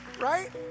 right